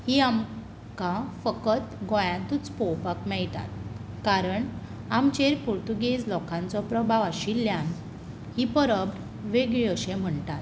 ही आमकां फक्त गोंयांतूच पळोवपाक मेळटात कारण आमचेर पुर्तुगेज लोकांचो प्रभाव आशिल्ल्यान ही परब वेगळी अशें म्हणटात